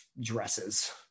dresses